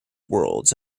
worlds